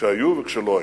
כשהיו וכשלא היו.